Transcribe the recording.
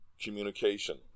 communication